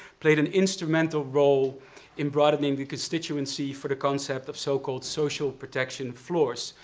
played an instrumental role in broadening the constituency for the concept of so-called social protection floors,